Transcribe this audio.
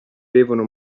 devono